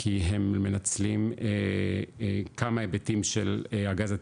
כי הם מנצלים כמה היבטים של הגז הטבעי,